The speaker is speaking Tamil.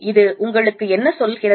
இது உங்களுக்கு என்ன சொல்கிறது